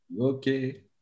Okay